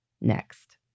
next